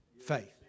faith